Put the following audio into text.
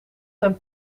zijn